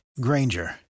Granger